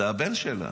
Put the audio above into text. זה הבן שלה.